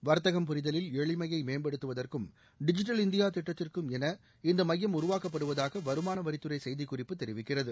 வர்த்தகம் புரிதலில் எளிமையை மேம்படுத்துவதற்கும் டிஜிட்டல் இந்தியா திட்டத்திற்கும் என இந்த மையம் உருவாக்கப்படுவதாக வருமான வரித் துறை செய்திக் குறிப்பு தெரிவிக்கிறது